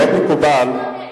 לא מקובל,